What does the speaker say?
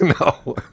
no